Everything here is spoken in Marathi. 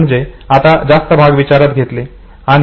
म्हणजे आता जास्त भाग विचारात घेतले